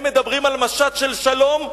הם מדברים על משט של שלום,